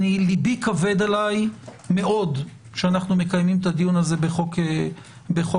ליבי כבד עליי מאוד שאנו מקיימים את הדיון הזה בחוק ההסדרים,